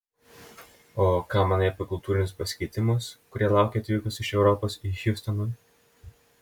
o ką manai apie kultūrinius pasikeitimus kurie laukė atvykus iš europos į hjustoną